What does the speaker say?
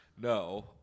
No